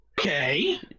Okay